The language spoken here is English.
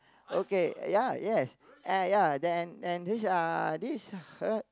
okay ya yes ah ya then and this are this is her